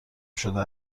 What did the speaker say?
شده